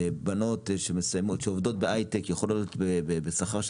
בנות שעובדות בהיי-טק יכולות לעבוד בשכר של